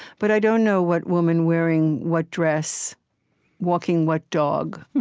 but i don't know what woman wearing what dress walking what dog,